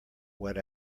went